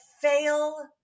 fail